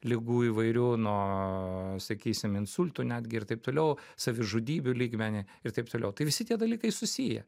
ligų įvairių nuo sakysim insultų netgi ir taip toliau savižudybių lygmenį ir taip toliau tai visi tie dalykai susiję